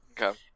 Okay